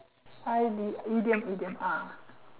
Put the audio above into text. I did item item ah